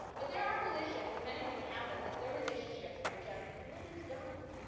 but there are relationships, and many women have them, that they're relationships are just i mean it is done.